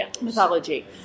mythology